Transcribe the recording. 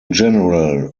general